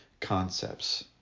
concepts